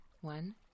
One